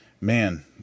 man